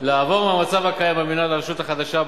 לעבור מהמצב הקיים במינהל לרשות חדשה,